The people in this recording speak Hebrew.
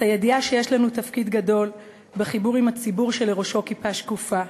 את הידיעה שיש לנו תפקיד גדול בחיבור עם הציבור שלראשו כיפה שקופה,